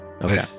Okay